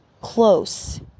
close